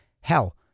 Hell